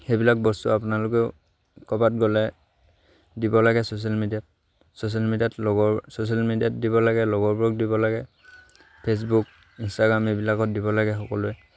সেইবিলাক বস্তু আপোনালোকেও ক'ৰবাত গ'লে দিব লাগে ছ'চিয়েল মিডিয়াত ছ'চিয়েল মিডিয়াত লগৰ ছ'চিয়েল মিডিয়াত দিব লাগে লগৰবোৰক দিব লাগে ফেচবুক ইনষ্টাগ্ৰাম এইবিলাকত দিব লাগে সকলোৱে